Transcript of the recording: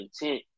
intent